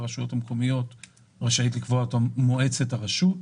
ברשויות המקומיות רשאית לקבוע אותם מועצת הרשות.